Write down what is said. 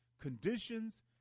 conditions